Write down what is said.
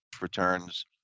returns